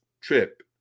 trip